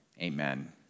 Amen